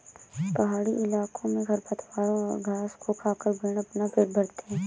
पहाड़ी इलाकों में खरपतवारों और घास को खाकर भेंड़ अपना पेट भरते हैं